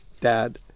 Dad